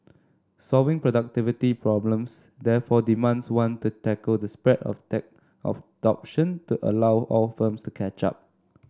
solving productivity problems therefore demands one to tackle the spread of tech adoption to allow all firms to catch up